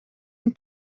une